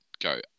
go